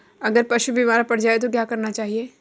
अगर पशु बीमार पड़ जाय तो क्या करना चाहिए?